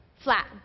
Flat